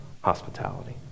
Hospitality